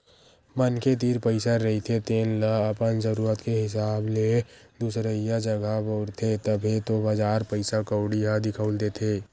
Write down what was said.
मनखे तीर पइसा रहिथे तेन ल अपन जरुरत के हिसाब ले दुसरइया जघा बउरथे, तभे तो बजार पइसा कउड़ी ह दिखउल देथे